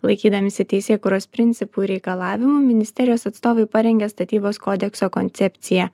laikydamiesi teisėkūros principų reikalavimų ministerijos atstovai parengė statybos kodekso koncepciją